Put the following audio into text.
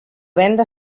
venda